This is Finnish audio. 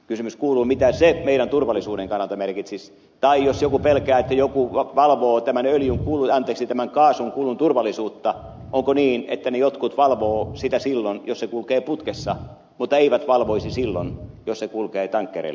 kysymys kuuluu mitä se meidän turvallisuuden kannalta merkitsisi tai jos joku pelkää että joku valvoo tämän kaasun kulun turvallisuutta onko niin että ne jotkut valvovat sitä silloin jos se kulkee putkessa mutta eivät valvoisi silloin jos se kulkee tankkereilla